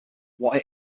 what